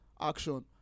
action